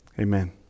amen